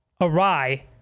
awry